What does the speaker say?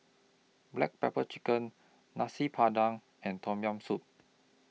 Black Pepper Chicken Nasi Padang and Tom Yam Soup